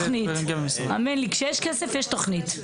האמן לי, כשיש כסף, יש תכנית.